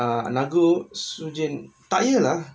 uh nagu sujen tyre lah